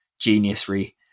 geniusry